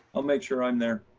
i'll make sure i'm there.